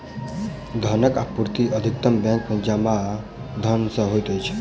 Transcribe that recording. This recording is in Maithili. धनक आपूर्ति अधिकतम बैंक में जमा धन सॅ होइत अछि